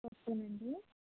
okay అండి